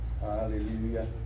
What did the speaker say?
Hallelujah